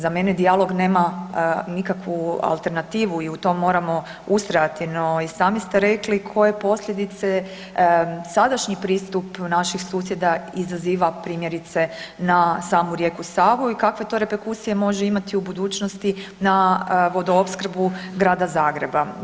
Za mene dijalog nema nikakvu alternativu i na tome moramo ustajati, no i sami ste rekli koje posljedice sadašnji pristup naših susjeda izaziva, primjerice, na samu rijeku Savu i kakve to reperkusije može imati u budućnosti na vodoopskrbu grada Zagreba.